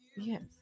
Yes